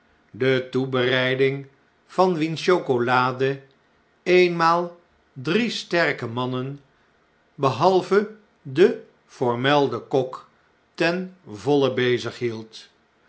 de toebereiding van wiens chocolade eenmaal drie sterke mannen behalve den voormelden kok ten voile bezighield